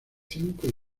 cinco